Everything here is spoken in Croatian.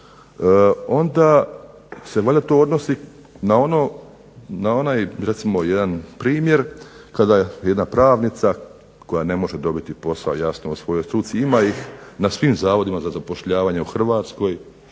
onda se valjda to odnosi na onaj recimo jedan primjer kada jedna pravnica koja ne može dobiti posao jasno u svojoj struci, ima ih na svim zavodima za zapošljavanje u Hrvatskoj,